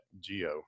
geo